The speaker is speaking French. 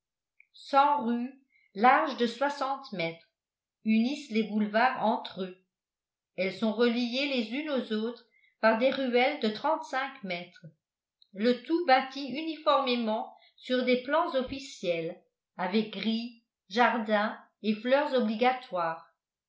cent rues larges de soixante mètres unissent les boulevards entre eux elles sont reliées les unes aux autres par des ruelles de trente-cinq mètres le tout bâti uniformément sur des plans officiels avec grilles jardins et fleurs obligatoires